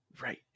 Right